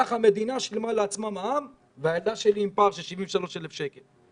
כך המדינה שילמה לעצמה מע"מ והילדה שלי עם פער של 73,000 שקל.